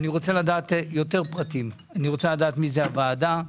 רוצה לדעת יותר פרטים מי חברי הוועדה,